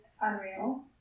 unreal